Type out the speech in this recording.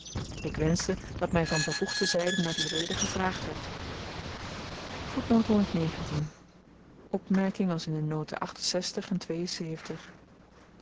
ik wenschte dat my van bevoegde zyde naar die reden gevraagd werd opmerking als in de noten en